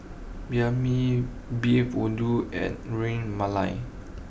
Banh Mi Beef Vindaloo and Ras Malai